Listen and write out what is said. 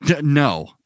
No